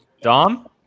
Dom